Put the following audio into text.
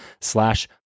slash